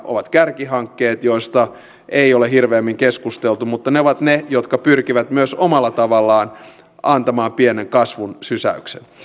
ovat kärkihankkeet joista ei ole hirveämmin keskusteltu mutta ne ovat ne jotka myös pyrkivät omalla tavallaan antamaan pienen kasvun sysäyksen